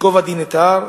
ייקוב הדין את ההר,